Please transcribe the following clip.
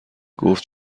گفت